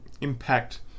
impact